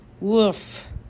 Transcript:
Woof